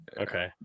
Okay